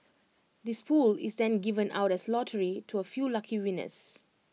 this pool is then given out as lottery to A few lucky winners